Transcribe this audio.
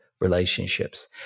relationships